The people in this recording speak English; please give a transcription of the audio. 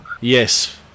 Yes